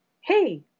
hey